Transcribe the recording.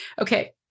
okay